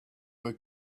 were